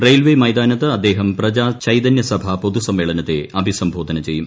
railway മൈതാനത്ത് അദ്ദേഹം പ്രചാ ചൈതന്യസഭാ പൊതുസമ്മേളനത്തെ അഭിസംബോധന ചെയ്യും